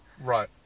right